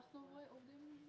אנחנו עובדים בשיתוף פעולה.